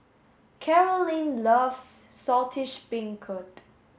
Carolynn loves Saltish Beancurd